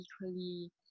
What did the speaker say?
equally